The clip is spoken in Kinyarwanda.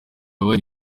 wabaye